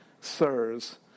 Sirs